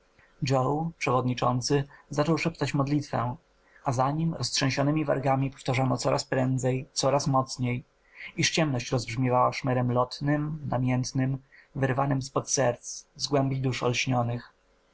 joe przewodniczący zaczął szeptać modlitwę a za nim roztrzęsionemi wargami powtarzano coraz prędzej coraz mocniej iż ciemność rozbrzmiewała szmerem lotnym namiętnym wyrwanym z pod serc z głębi dusz